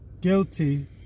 guilty